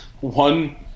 one